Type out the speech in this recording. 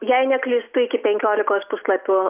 jei neklystu iki penkiolikos puslapių